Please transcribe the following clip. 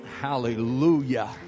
Hallelujah